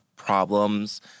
problems